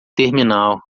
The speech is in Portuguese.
terminal